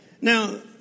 Now